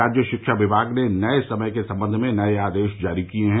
राज्य शिक्षा विभाग ने नए समय के संबंध में नए आदेश जारी किए हैं